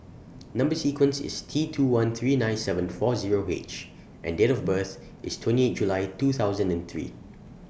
Number sequence IS T two one three nine seven four Zero H and Date of birth IS twenty eight July two thousand and three